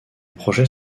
projet